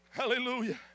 Hallelujah